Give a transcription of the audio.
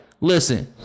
listen